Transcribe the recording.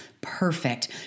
Perfect